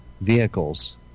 vehicles